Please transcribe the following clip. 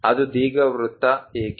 ಅದು ದೀರ್ಘವೃತ್ತ ಏಕೆ